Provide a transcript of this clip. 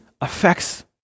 affects